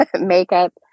makeup